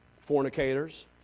fornicators